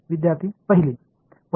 विद्यार्थीः पहिली